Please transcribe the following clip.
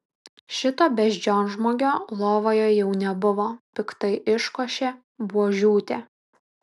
šito beždžionžmogio lovoje jau nebuvo piktai iškošė buožiūtė